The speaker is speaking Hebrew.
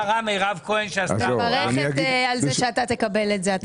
אני מברכת על כך שאתה תקבל את זה.